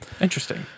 Interesting